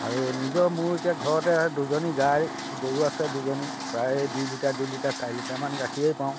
আৰু নিজৰ মোৰ এতিয়া ঘৰতে দুজনী গাই গৰু আছে দুজনী প্ৰায় দুই লিটাৰ দুই লিটাৰ চাৰি লিটাৰমান গাখীৰেই পাওঁ